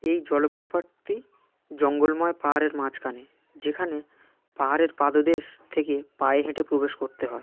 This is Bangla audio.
এই জলপ্রপাতটি জঙ্গলময় পাহাড়ের মাঝখানে যেখানে পাহাড়ের পাদদেশ থেকে পায়ে হেঁটে প্রবেশ করতে হয়